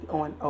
on